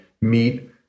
meet